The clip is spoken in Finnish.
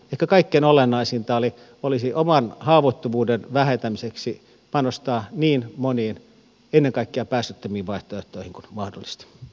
ehkä kaikkein olennaisinta olisi oman haavoittuvuuden vähentämiseksi panostaa niin moniin ennen kaikkea päästöttömiin vaihtoehtoihin kuin mahdollista